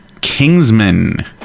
Kingsman